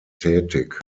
tätig